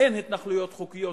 אין התנחלויות חוקיות,